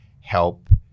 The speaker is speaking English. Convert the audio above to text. help